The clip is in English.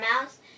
Mouse